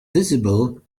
visible